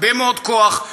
הרבה מאוד כוח,